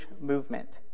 movement